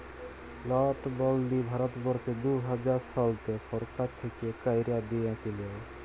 লটবল্দি ভারতবর্ষে দু হাজার শলতে সরকার থ্যাইকে ক্যাইরে দিঁইয়েছিল